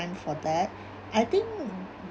for that I think